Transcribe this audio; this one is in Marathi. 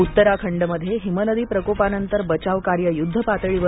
उत्तराखंडमध्ये हिमनदी प्रकोपानंतर बचाव कार्य युद्धपातळीवर